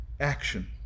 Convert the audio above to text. action